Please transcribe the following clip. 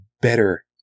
better